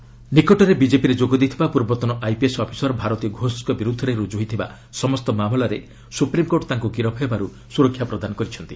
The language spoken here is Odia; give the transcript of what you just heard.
ଏସ୍ସି ଘୋଷ ନିକଟରେ ବିଜେପିରେ ଯୋଗ ଦେଇଥିବା ପୂର୍ବତନ ଆଇପିଏସ୍ ଅଫିସର ଭାରତୀ ଘୋଷଙ୍କ ବିରୁଦ୍ଧରେ ରୁଜୁ ହୋଇଥିବା ସମସ୍ତ ମାମଲାରେ ସୁପ୍ରିମ୍କୋର୍ଟ ତାଙ୍କୁ ଗିରଫ୍ ହେବାରୁ ସୁରକ୍ଷା ପ୍ରଦାନ କରିଛନ୍ତି